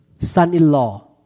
son-in-law